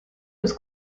was